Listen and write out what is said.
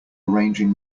arranging